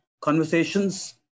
Conversations